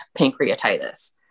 pancreatitis